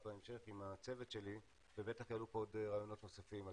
בהמשך עם הצוות שלי ובטח יעלו פה עוד רעיונות נוספים.